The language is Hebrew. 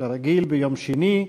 כרגיל ביום שני.